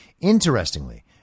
Interestingly